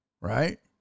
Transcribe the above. right